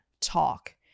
talk